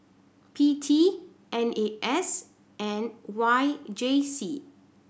P T N A S and Y J C